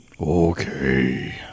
Okay